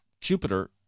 Jupiter